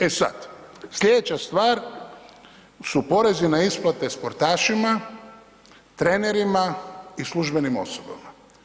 E sad, sljedeća stvar su porezi na isplate sportašima, trenerima i službenim osobama.